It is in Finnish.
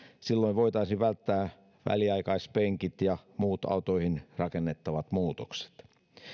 silloin voitaisiin välttää väliaikaispenkit ja muut autoihin rakennettavat muutokset